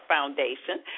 Foundation